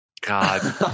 God